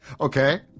Okay